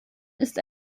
ist